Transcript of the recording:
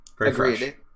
Agreed